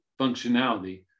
functionality